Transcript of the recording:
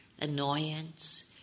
annoyance